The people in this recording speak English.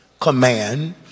command